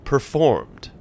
Performed